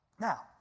now